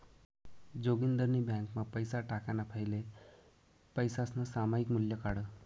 जोगिंदरनी ब्यांकमा पैसा टाकाणा फैले पैसासनं सामायिक मूल्य काढं